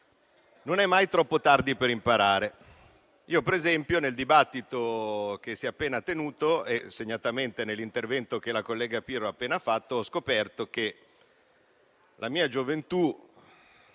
non è mai troppo tardi per imparare. Io, per esempio, nel dibattito che si è appena tenuto, e segnatamente nell'intervento che la collega Pirro ha appena fatto, ho scoperto qualcosa della mia gioventù,